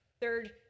third